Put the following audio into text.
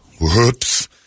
Whoops